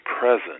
present